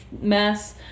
mess